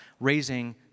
raising